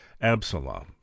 Absalom